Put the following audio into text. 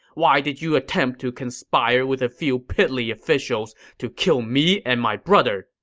why did you attempt to conspire with a few piddly officials to kill me and my brother!